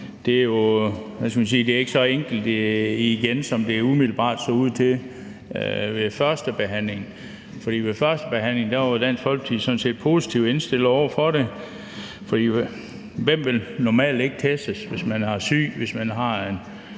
er ikke så enkelt, som det umiddelbart så ud til ved førstebehandlingen. Ved førstebehandlingen var Dansk Folkeparti sådan set positivt indstillet over for det, for hvem vil normalt ikke testes, hvis man har symptomer?